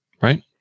Right